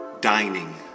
dining